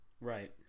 Right